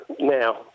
now